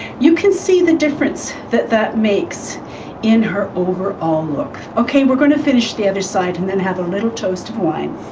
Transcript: you can see the difference that that makes in her overall look. ok we're going to finish the other side and and have a little toast of wine.